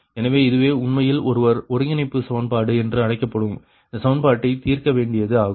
எனவே இதுவே உண்மையில் ஒருவர் ஒருங்கிணைப்பு சமன்பாடு என்று அழைக்கப்படும் இந்த சமன்பாட்டை தீர்க்க வேண்டியது ஆகும்